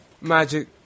magic